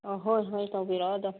ꯑꯥ ꯍꯣꯏ ꯍꯣꯏ ꯇꯧꯕꯤꯔꯣ ꯑꯗꯨꯝ